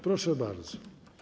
Proszę bardzo.